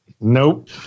nope